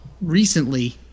recently